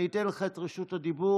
אני אתן לך את רשות הדיבור,